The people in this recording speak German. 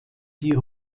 die